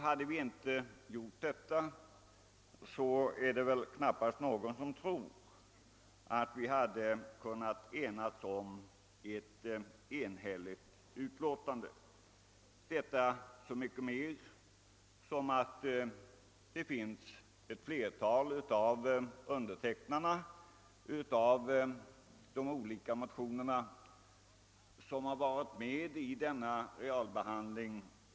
Hade vi inte gjort det, hade vi knappast — det tror väl ingen heller — kunnat samlas kring ett enhälligt utlåtande, detta så mycket mer som ett flertal av motionärerna har deltagit i denna realbehandling.